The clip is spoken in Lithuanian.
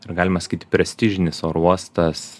ir galima sakyti prestižinis oro uostas